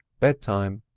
bedtime.